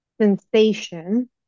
sensation